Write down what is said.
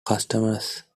customers